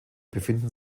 befinden